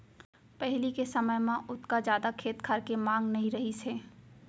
पहिली के समय म ओतका जादा खेत खार के मांग नइ रहिस हे